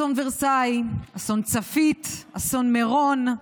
אסון ורסאי, אסון צפית, אסון מירון,